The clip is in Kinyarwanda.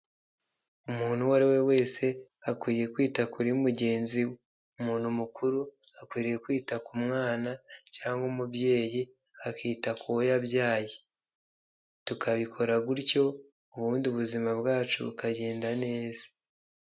Umuntu uwo ari we wese akwiye kwita kuri mugenzi we, umuntu mukuru akwiriye kwita ku mwana cyangwa umubyeyi akita ku wo yabyaye, tukabikora gutyo, ubundi ubuzima bwacu bukagenda neza.